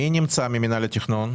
מי נמצא ממינהל התכנון?